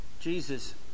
Jesus